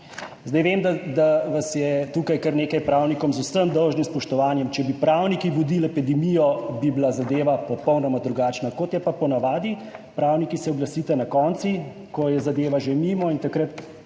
Vem, da vas je tukaj kar nekaj pravnikov, z vsem dolžnim spoštovanjem, če bi pravniki vodili epidemijo, bi bila zadeva popolnoma drugačna. Kot je pa v navadi, se pravniki oglasite na koncu, ko je zadeva že mimo in takrat